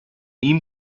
ihm